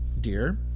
dear